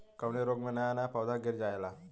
कवने रोग में नया नया पौधा गिर जयेला?